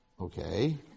okay